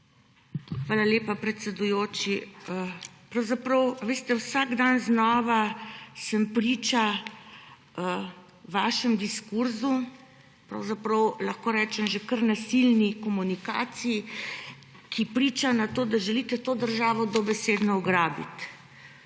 Hvala lepa, predsedujoči. Pravzaprav, a veste, vsak dan znova sem priča vašemu diskurzu, pravzaprav lahko rečem že kar nasilni komunikaciji, ki priča, da želite to državo dobesedno ugrabiti.